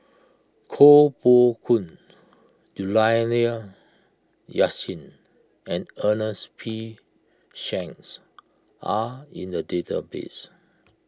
Koh Poh Koon Juliana Yasin and Ernest P Shanks are in the database